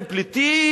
הם פליטים,